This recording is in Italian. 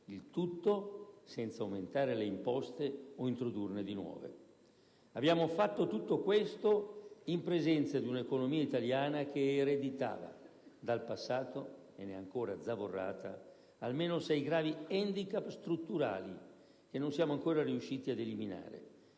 Il tutto senza aumentare le imposte o introdurne di nuove. Abbiamo fatto tutto questo in presenza di un'economia italiana che ereditava dal passato - e ne è ancora zavorrata - almeno sei gravi handicap strutturali che non siamo ancora riusciti ad eliminare: